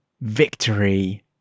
victory